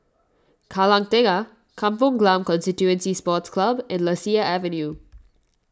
Kallang Tengah Kampong Glam Constituency Sports Club and Lasia Avenue